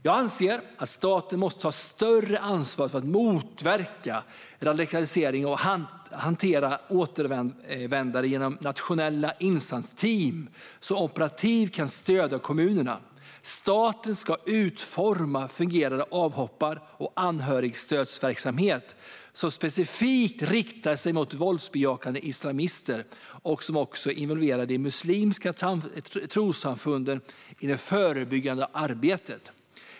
Jag anser att staten måste ta större ansvar för att motverka radikalisering och hantera återvändare genom nationella insatsteam som operativt kan stödja kommunerna. Staten ska utforma fungerande avhoppar och anhörigstödsverksamhet som specifikt riktar sig mot våldsbejakande islamister och som också involverar de muslimska trossamfunden i det förebyggande arbetet.